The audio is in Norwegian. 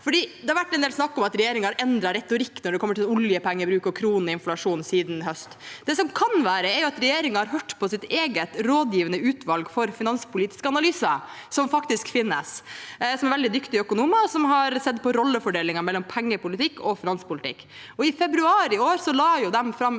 Det har vært en del snakk om at regjeringen har endret retorikk når det gjelder oljepengebruk og krone og inflasjon siden i høst. Det som kan være, er at regjeringen har hørt på sitt eget rådgivende utvalg for finanspolitiske analyser, som faktisk finnes. Dette er veldig dyktige økonomer, og de har sett på rollefordelingen mellom pengepolitikk og finanspolitikk. I februar i år la de fram